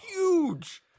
huge